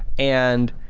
and